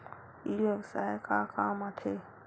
ई व्यवसाय का काम आथे?